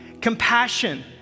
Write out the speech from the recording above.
compassion